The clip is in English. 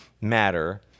matter